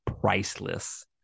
priceless